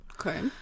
Okay